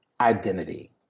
identity